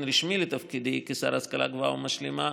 לתפקידי כשר להשכלה גבוהה ומשלימה,